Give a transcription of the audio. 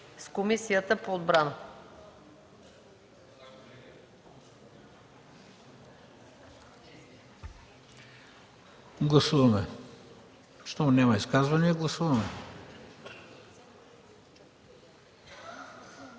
с Комисията по отбрана”.